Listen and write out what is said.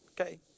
Okay